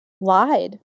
lied